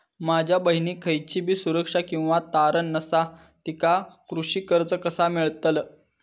माझ्या बहिणीक खयचीबी सुरक्षा किंवा तारण नसा तिका कृषी कर्ज कसा मेळतल?